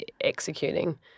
executing